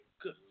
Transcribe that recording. Good